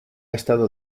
estado